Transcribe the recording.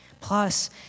Plus